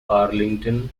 arlington